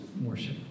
worship